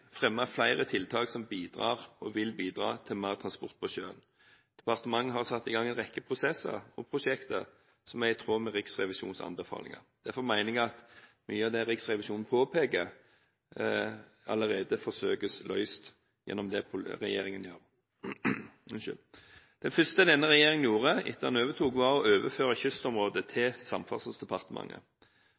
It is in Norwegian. flere tiltak som bidrar – og vil bidra – til mer transport på sjøen. Departementet har satt i gang en rekke prosesser og prosjekter som er i tråd med Riksrevisjonens anbefalinger. Derfor mener jeg at mye av det som Riksrevisjonen påpeker, allerede forsøkes løst gjennom det regjeringen gjør. Det første denne regjeringen gjorde etter at den overtok, var å overføre kystområdet til Samferdselsdepartementet.